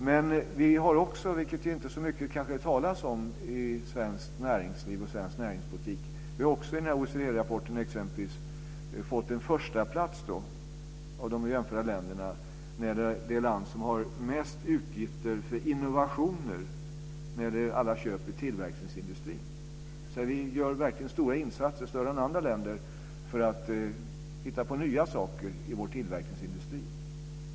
Men vi har också i den här OECD-rapporten, vilket det kanske inte talas om så mycket i svenskt näringsliv och svensk näringspolitik, fått en förstaplats bland jämförbara länder när det gäller att vi är det land som har mest utgifter för innovationer inom tillverkningsindustrin. Så vi gör verkligen stora insatser, större än andra länder, för att hitta på nya saker i vår tillverkningsindustri.